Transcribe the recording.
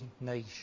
nation